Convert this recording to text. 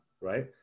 Right